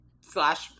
Slash